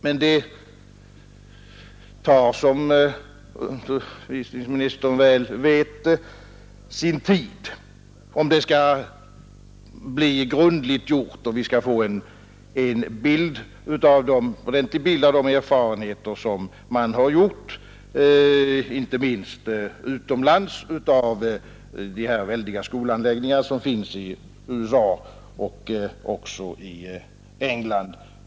Men som undervisningsministern väl vet tar det sin tid om det skall bli grundligt gjort och vi skall få en ordentlig bild av de erfarenheter som man har, inte minst utomlands, bl.a. av de väldiga skolanläggningar som finns i USA och även i England.